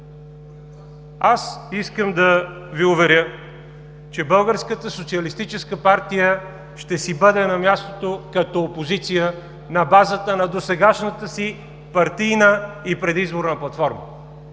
социалистическа партия ще си бъде на мястото като опозиция на базата на досегашната си партийна и предизборна платформа,